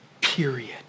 period